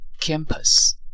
Campus